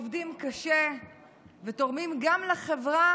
עובדים קשה ותורמים גם לחברה